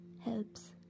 helps